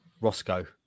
Roscoe